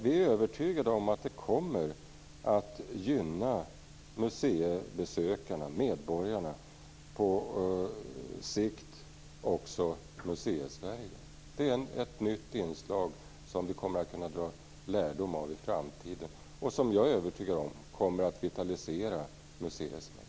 Vi är övertygade om att det kommer att gynna museibesökarna - medborgarna - och på sikt också Museisverige. Det är ett nytt inslag som vi kommer att kunna dra lärdom av i framtiden och som jag är övertygad om kommer att vitalisera Museisverige.